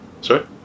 Sorry